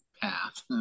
path